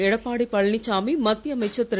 எடப்பாடியழனிச்சாமி மத்திய அமைச்சர் திரு